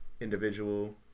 individual